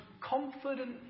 confident